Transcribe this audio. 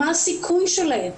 מה הסיכוי שלהן,